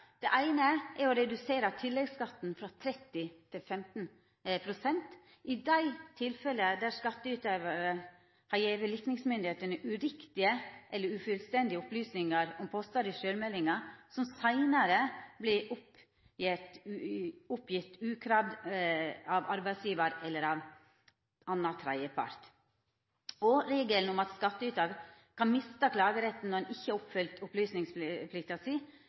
Det eine er om å redusera tilleggsskatten frå 30 pst. til 15 pst. i dei tilfella der skattytaren har gjeve likningsmyndigheitene uriktige eller ufullstendige opplysningar om postar i sjølvmeldingar som seinare vert oppgjevne utan at det er kravd av arbeidsgjevar eller annan tredjepart. Regelen om at skattytar kan mista klageretten når han ikkje oppfyller opplysningsplikta si,